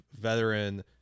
veteran